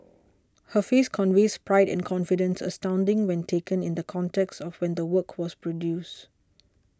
her face conveys pride and confidence astounding when taken in the context of when the work was produced